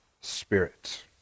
Spirit